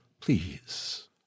please